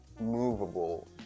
movable